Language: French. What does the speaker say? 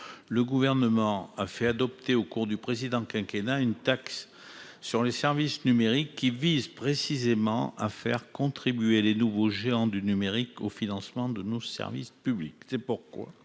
le Gouvernement a fait adopter, au cours du précédent quinquennat, une taxe sur les services numériques qui vise précisément à faire contribuer les nouveaux géants du numérique au financement de nos services publics. C'est pourquoi